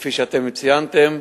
כפי שאתם ציינתם,